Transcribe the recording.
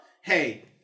Hey